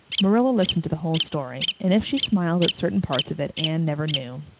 marilla listened to the whole story, and if she smiled at certain parts of it anne never knew.